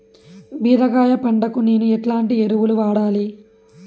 బీరకాయ పంటకు నేను ఎట్లాంటి ఎరువులు వాడాలి?